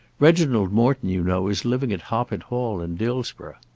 reginald morton, you know, is living at hoppet hall in dillsborough.